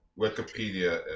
Wikipedia